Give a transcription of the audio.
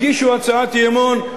הגישו הצעת אי-אמון,